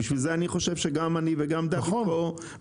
בגלל זה אני חושב שגם אני וגם דוד מצהירים